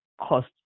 Cost